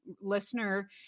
listener